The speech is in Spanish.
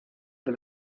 del